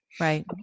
Right